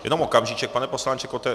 Jenom okamžíček, pane poslanče Kotte...